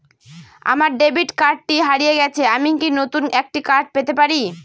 আমার ডেবিট কার্ডটি হারিয়ে গেছে আমি কি নতুন একটি কার্ড পেতে পারি?